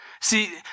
See